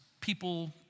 people